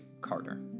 Carter